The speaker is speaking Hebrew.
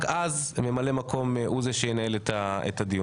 רק אז, ממלא המקום הוא זה שינהל את הדיון.